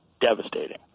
devastating